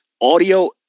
audio